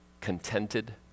contented